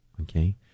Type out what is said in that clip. okay